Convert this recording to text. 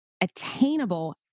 attainable